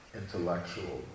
intellectual